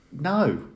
No